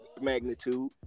magnitude